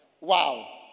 wow